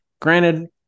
Granted